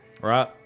Right